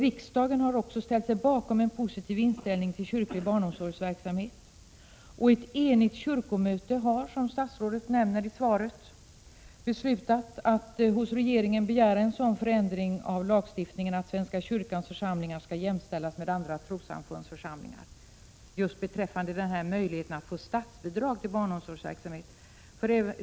Riksdagen har också ställt sig bakom en positiv inställning till kyrklig barnomsorgsverksamhet, och ett enigt kyrkomöte har, som statsrådet nämner i svaret, beslutat att hos regeringen begära sådana förändringar i lagstiftningen att svenska kyrkans församlingar skall jämställas med andra trossamfunds församlingar just beträffande möjligheten att få statsbidrag till barnomsorgsverksamhet.